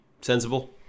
sensible